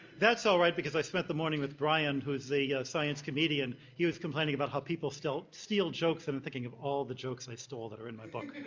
that's all right because i spent the morning with brian who's a science comedian. he was complaining about how people steal jokes and i'm thinking of all the jokes i stole that are in my book.